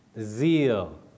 zeal